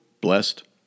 blessed